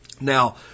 Now